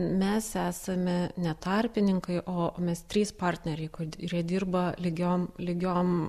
mes esame ne tarpininkai o mes trys partneriai kurie dirba lygiom lygiom